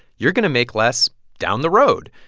you're going to make less down the road.